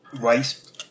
rice